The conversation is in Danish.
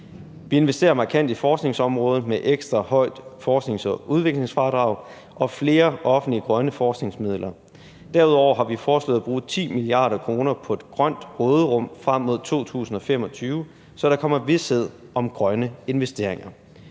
Vi investerer markant i forskningsområdet med et ekstra højt forsknings- og udviklingsfradrag og flere offentlige grønne forskningsmidler. Derudover har vi foreslået at bruge 10 mia. kr. på et grønt råderum frem mod 2025, så der kommer vished om grønne investeringer.